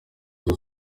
inzu